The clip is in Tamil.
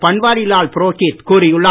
பன்வாரிலால் புரோஹித் கூறியுள்ளார்